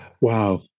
Wow